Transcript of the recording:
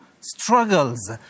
struggles